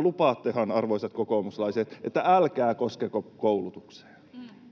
Lupaattehan, arvoisat kokoomuslaiset, ettette koske koulutukseen.